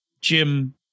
Jim